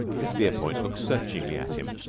miss verepoint looked searchingly at him.